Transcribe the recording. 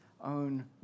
own